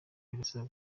birasaba